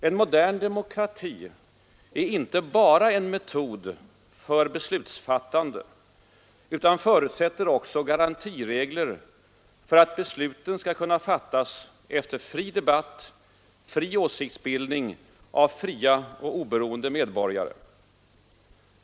En modern demokrati är inte bara en metod för beslutsfattande utan förutsätter också garantiregler för att besluten skall kunna fattas efter fri debatt och fri åsiktsbildning av fria och oberoende medborgare.